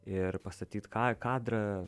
ir pastatyt ka kadrą